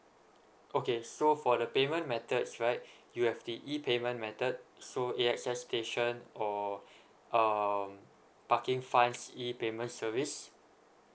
okay so for the payment method right you have the E payment method so A_X_S station or um parking fines E payment service